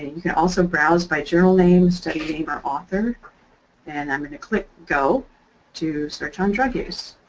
you can also browse by journal names, study name, or author and i'm going to click go to search on drug use.